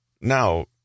Now